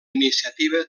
iniciativa